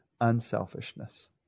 unselfishness